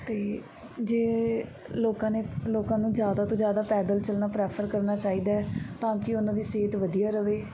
ਅਤੇ ਜੇ ਲੋਕਾਂ ਨੇ ਲੋਕਾਂ ਨੂੰ ਜ਼ਿਆਦਾ ਤੋਂ ਜ਼ਿਆਦਾ ਪੈਦਲ ਚੱਲਣਾ ਪ੍ਰੈਫਰ ਕਰਨਾ ਚਾਹੀਦਾ ਹੈ ਤਾਂ ਕਿ ਉਹਨਾਂ ਦੀ ਸਿਹਤ ਵਧੀਆ ਰਹੇ